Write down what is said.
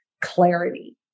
clarity